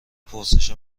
پرسش